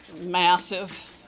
massive